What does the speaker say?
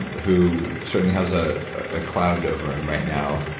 who certainly has a ah cloud over him right now,